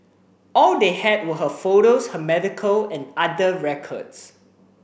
all they had were her photos her medical and other records